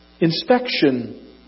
inspection